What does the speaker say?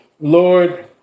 Lord